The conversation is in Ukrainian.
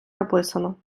написано